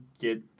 get